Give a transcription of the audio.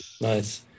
Nice